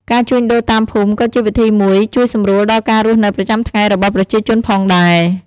ការជួញដូរតាមភូមិក៏ជាវិធីមួយជួយសម្រួលដល់ការរស់នៅប្រចាំថ្ងៃរបស់ប្រជាជនផងដែរ។